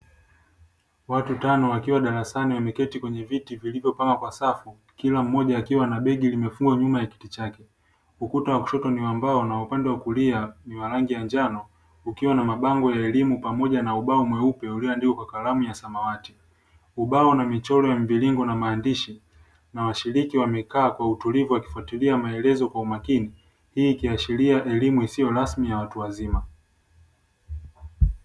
Watu tano wakiwa darasani wameketi kwenye viti vilivyopangwa kwa safu kila mmoja akiwa na begi limefungwa nyuma ya kiti chake, ukuta wa kushoto ni wa mbao na wa upande wa kuulia una rangi ya njano ukiwa na mabngo ya elimu pamoja na ubao mweupe ulioandkiwa kwa kalamu ya samawati. Ubao una michoro ya mviringo na maandishi na washiriki wamekaa kwa utulivu wakifatilia maelezo kwa umakini. Hii ikiashiria elimu isiyo rasmi ya watu wazima.